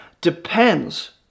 depends